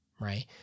right